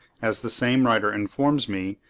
as the same writer informs me,